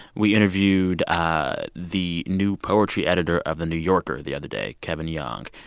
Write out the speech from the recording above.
we interviewed ah the new poetry editor of the new yorker the other day, kevin young.